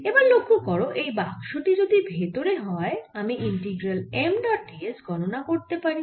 এবার লক্ষ্য করো এই বাক্স টি যদি ভেতরে হয় আমি integral M dot d s গণনা করতে পারি